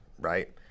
right